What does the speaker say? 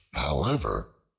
however,